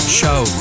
show